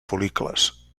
fol·licles